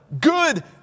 good